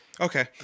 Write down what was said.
Okay